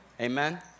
Amen